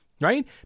Right